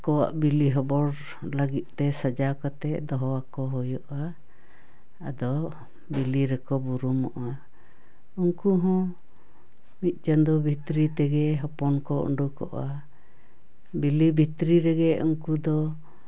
ᱟᱠᱚᱣᱟᱜ ᱵᱤᱞᱤ ᱦᱚᱵᱚᱨ ᱞᱟᱹᱜᱤᱫ ᱛᱮ ᱥᱟᱡᱟᱣ ᱠᱟᱛᱮᱫ ᱫᱚᱦᱚᱣᱟ ᱠᱚ ᱦᱩᱭᱩᱜᱼᱟ ᱟᱫᱚ ᱵᱤᱞᱤ ᱨᱮᱠᱚ ᱵᱩᱨᱩᱢᱚᱜᱼᱟ ᱩᱱᱠᱩ ᱦᱚᱸ ᱢᱤᱫ ᱪᱟᱸᱫᱚ ᱵᱷᱤᱛᱨᱤ ᱛᱮᱜᱮ ᱦᱚᱯᱚᱱ ᱠᱚ ᱩᱰᱩᱠᱚᱜᱼᱟ ᱵᱤᱞᱤ ᱵᱷᱤᱛᱨᱤ ᱨᱮᱜᱮ ᱩᱱᱠᱩ ᱫᱚ